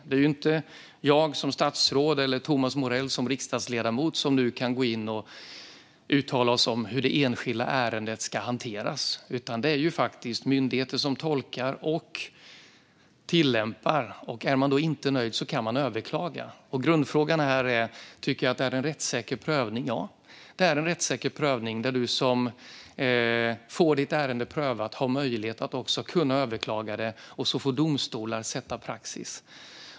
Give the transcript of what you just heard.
Det är inte vi, jag som statsråd eller Thomas Morell som riksdagsledamot, som kan gå in och uttala oss om hur det enskilda ärendet ska hanteras, utan det är faktiskt myndigheter som tolkar och tillämpar. Är man inte nöjd kan man överklaga. Grundfrågan är: Tycker jag att det är en rättssäker prövning? Ja, det är en rättssäker prövning. Den som får sitt ärende prövat har möjlighet att överklaga, och så får domstolar sätta praxis.